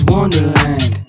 Wonderland